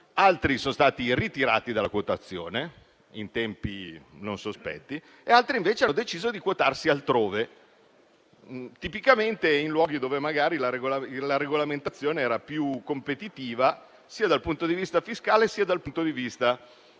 sono state ritirate dalla quotazione in tempi non sospetti, invece altre ancora hanno deciso di quotarsi altrove, tipicamente in luoghi dove magari la regolamentazione era più competitiva, sia dal punto di vista fiscale sia dal punto di vista delle